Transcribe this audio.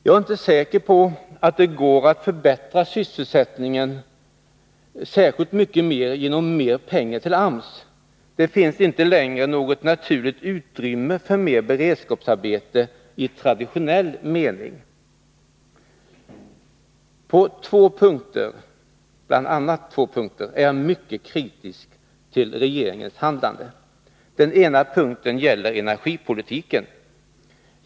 Jag är inte säker på att det går att förbättra sysselsättningsläget särskilt mycket mer genom ytterligare pengar till AMS. Det finns inte längre något naturligt utrymme för mer beredskapsarbete i traditionell mening. På bl.a. två punkter är jag mycket kritisk till regeringens handlande. Den ena punkten gäller energipolitiken.